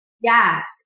Yes